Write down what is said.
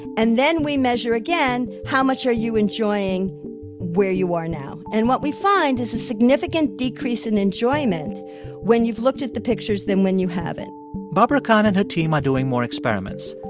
and then we measure again how much are you enjoying where you are now? and what we find is a significant decrease in enjoyment when you've looked at the pictures than when you haven't barbara kahn and her team are doing more experiments,